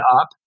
up